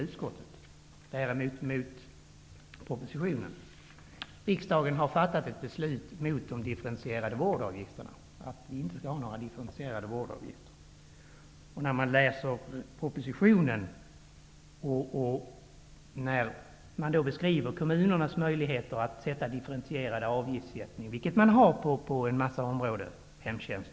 Härvidlag har jag ingen kritik att rikta mot den borgerliga majoriteten i utskotten men väl mot propositionen. I propositionen talas om kommunernas möjligheter att fastställa differentierade avgifter, vilket de har på många områden -- t.ex. i fråga om hemtjänsten.